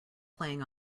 playing